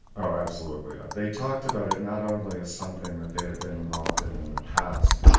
oh absolutely, they talked about it not only as something that they had been involved in in the past,